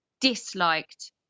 disliked